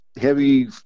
heavy